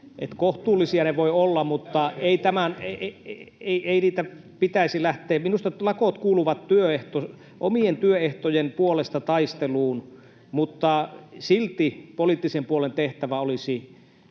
hetkessä järjetöntä!] mutta ei niitä pitäisi lähteä... Minusta lakot kuuluvat omien työehtojen puolesta taisteluun. Silti poliittisen puolen tehtävä olisi